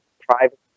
private